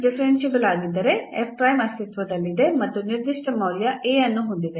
differentiable ಆಗಿದ್ದರೆ ಅಸ್ತಿತ್ವದಲ್ಲಿದೆ ಮತ್ತು ನಿರ್ದಿಷ್ಟ ಮೌಲ್ಯ A ಅನ್ನು ಹೊಂದಿದೆ